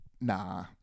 nah